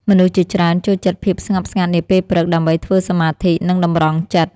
មនុស្សជាច្រើនចូលចិត្តភាពស្ងប់ស្ងាត់នាពេលព្រឹក ដើម្បីធ្វើសមាធិ និងតម្រង់ចិត្ត។